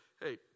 hey